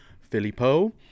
Filippo